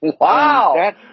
Wow